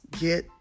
get